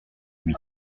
oui